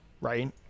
right